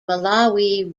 malawi